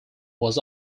was